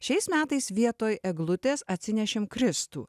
šiais metais vietoj eglutės atsinešėm kristų